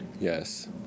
Yes